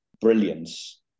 brilliance